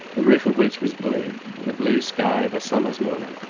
the roof of which was blue the blue sky of a summer's morning.